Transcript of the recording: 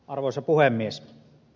arvoisa puhemies